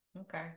Okay